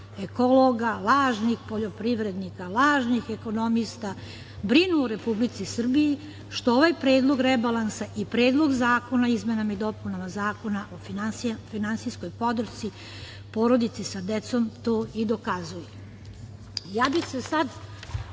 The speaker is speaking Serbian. ekologa, lažnih poljoprivrednika, lažnih ekonomista, brinu o Republici Srbiji, što ovaj Predlog rebalansa i Predlog zakona o izmenama i dopunama Zakona o finansijskoj podršci porodici sa decom to i dokazuju. Ja